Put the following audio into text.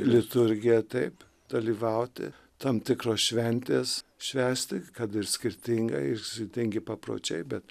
liturgija taip dalyvauti tam tikros šventės švęsti kad ir skirtingai ir skirtingi papročiai bet